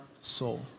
soul